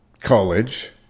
college